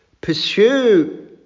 pursue